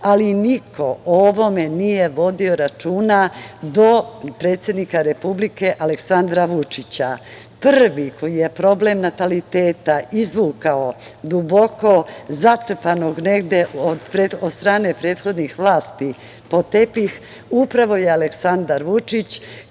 ali niko o ovome nije vodio računa do predsednika Republike Aleksandra Vučića. Prvi koji je problem nataliteta izvukao duboko zatrpanog negde od strane prethodnih vlasti pod tepih upravo je Aleksandar Vučić